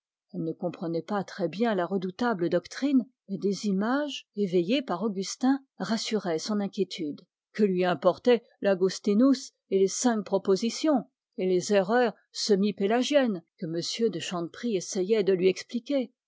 elle ne comprenait pas très bien la redoutable doctrine mais des images éveillées par augustin rassuraient son inquiétude que lui importaient l'augustinus et les cinq propositions et les erreurs semi pélagiennes que m de chanteprie essayait de lui expliquer